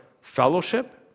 fellowship